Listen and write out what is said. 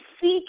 seek